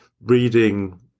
reading